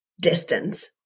distance